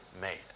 made